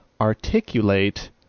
articulate